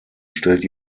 stellt